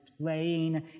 playing